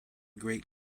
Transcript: great